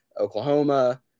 Oklahoma